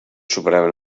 superaven